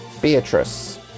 Beatrice